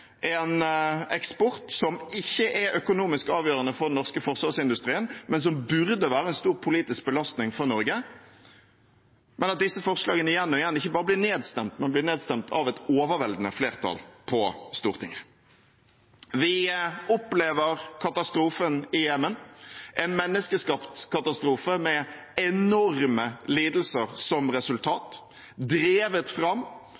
en eksport som ikke er økonomisk avgjørende for den norske forsvarsindustrien, men som burde være en stor politisk belastning for Norge, ikke bare blir nedstemt – igjen og igjen – men blir nedstemt av et overveldende flertall på Stortinget. Vi opplever katastrofen i Jemen – en menneskeskapt katastrofe med enorme lidelser som resultat, drevet fram